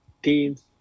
Teams